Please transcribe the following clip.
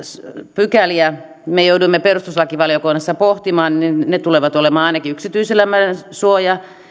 pykäliä me joudumme perustuslakivaliokunnassa pohtimaan niin ne tulevat olemaan ainakin yksityiselämän suoja